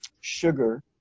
sugar